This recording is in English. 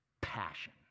passion